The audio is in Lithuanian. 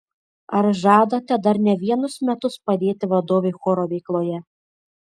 ar žadate dar ne vienus metus padėti vadovei choro veikloje